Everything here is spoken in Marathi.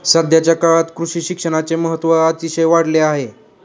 सध्याच्या काळात कृषी शिक्षणाचे महत्त्व अतिशय वाढले आहे